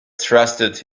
trusted